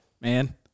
Man